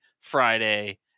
Friday